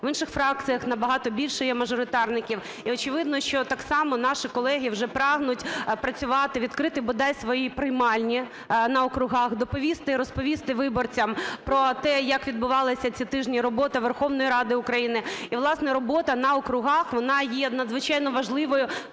в інших фракціях набагато більше є мажоритарників, і, очевидно, що так само наші колеги вже прагнуть працювати, відкрити бодай свої приймальні на округах, доповісти і розповісти виборцям про те, які відбувалися ці тижні роботи Верховної Ради України. І, власне, робота на округах, вона є надзвичайно важливою